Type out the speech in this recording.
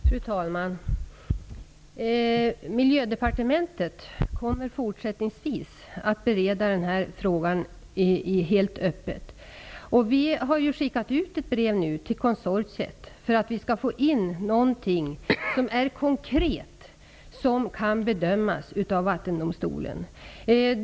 Fru talman! Miljödepartementet kommer fortsättningsvis att bereda denna fråga helt öppet. Vi har nu skickat ut ett brev till konsortiet för att vi skall få in någonting som är konkret och kan bedömas av Vattendomstolen.